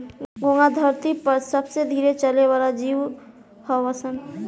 घोंघा धरती पर सबसे धीरे चले वाला जीव हऊन सन